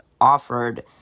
offered